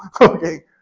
Okay